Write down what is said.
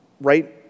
right